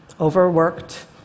Overworked